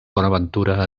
bonaventura